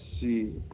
see